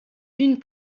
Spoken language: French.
une